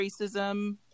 racism